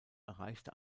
erreichte